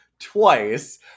twice